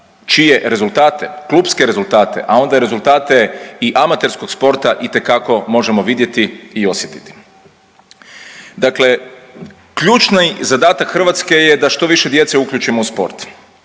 čije rezultate, klupske rezultate, a onda i rezultate i amaterskog sporta itekako možemo vidjeti i osjetiti. Dakle, ključni zadatak Hrvatske je da što više djece uključimo u sport.